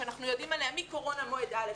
שאנחנו יודעים עליה מקורונה מועד א',